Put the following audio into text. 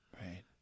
Right